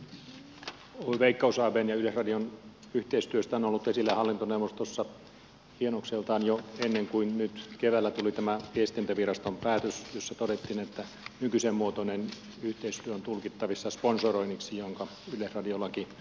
kysymys oy veikkaus abn ja yleisradion yhteistyöstä on ollut esillä hallintoneuvostossa hienokseltaan jo ennen kuin nyt keväällä tuli tämä viestintäviraston päätös jossa todettiin että nykyisen muotoinen yhteistyö on tulkittavissa sponsoroinniksi jonka yleisradiolaki selkeästi kieltää